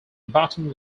bottom